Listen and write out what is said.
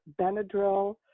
Benadryl